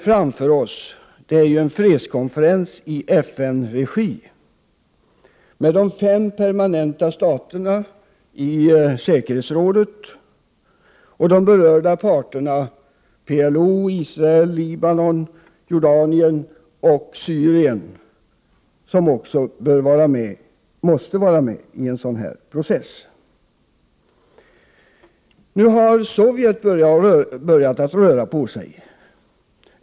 Framför oss ligger en fredskonferens i FN-regi, med de fem permanenta staterna i säkerhetsrådet och de berörda parterna PLO, Israel, Libanon, Jordanien och Syrien, som också måste vara med i en sådan här process. Nu har Sovjet börjat röra på sig.